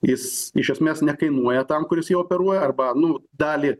jis iš esmės nekainuoja tam kuris jį operuoja arba nu dalį